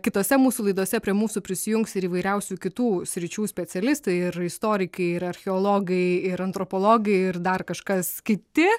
kitose mūsų laidose prie mūsų prisijungs ir įvairiausių kitų sričių specialistai ir istorikai ir archeologai ir antropologai ir dar kažkas kiti